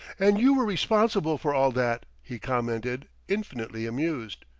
and you were responsible for all that! he commented, infinitely amused.